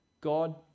God